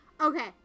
Okay